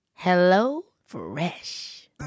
HelloFresh